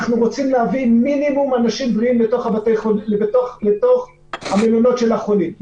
כי אנחנו רוצים להביא מינימום של אנשים בריאים לתוך המלונות של החולים.